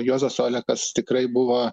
juozas olekas tikrai buvo